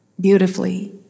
beautifully